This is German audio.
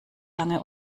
lange